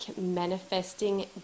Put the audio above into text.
manifesting